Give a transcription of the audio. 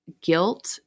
guilt